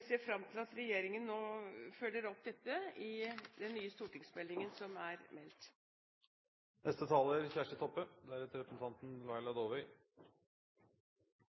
ser fram til at regjeringen følger opp dette i den nye stortingsmeldingen som er